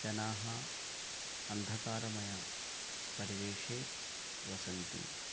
जनाः अन्धकारमयपरिवेशे वसन्ति